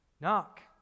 Knock